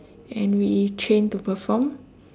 and we train to perform